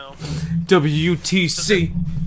WTC